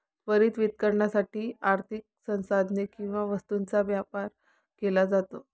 त्वरित वितरणासाठी आर्थिक संसाधने किंवा वस्तूंचा व्यापार केला जातो